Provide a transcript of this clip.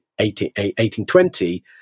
1820